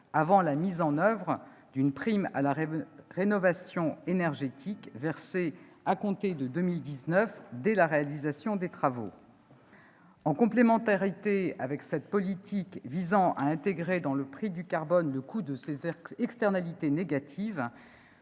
avant la mise en oeuvre d'une prime à la rénovation énergétique versée à compter de 2019 dès la réalisation des travaux. En complémentarité avec cette politique visant à intégrer dans le prix du carbone le coût de ses externalités négatives,